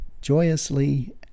joyously